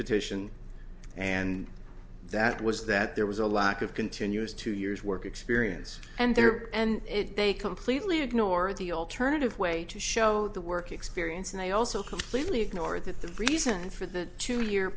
petition and that was that there was a lack of continuous two years work experience and there and it they completely ignore the alternative way to show the work experience and they also completely ignore that the reason for the two year